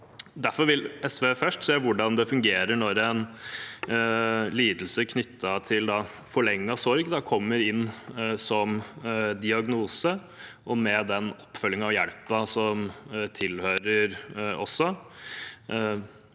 Derfor vil SV først se hvordan det fungerer når en lidelse knyttet til forlenget sorg kommer inn som en diagnose, med den oppfølgingen og hjelpen som tilhører det,